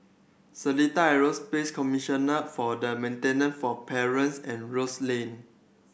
Seletar Aerospace Commissioner for the Maintenance for Parents and Rose Lane